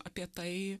apie tai